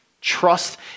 trust